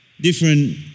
different